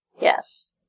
yes